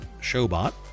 showbot